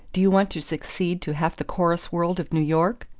do you want to succeed to half the chorus-world of new york?